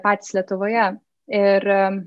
patys lietuvoje ir